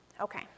Okay